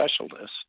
specialists